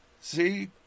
see